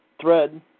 thread